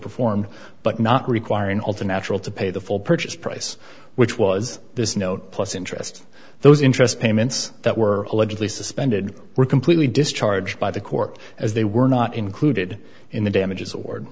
performed but not requiring all to natural to pay the full purchase price which was this note plus interest those interest payments that were allegedly suspended were completely discharged by the court as they were not included in the damages award